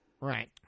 Right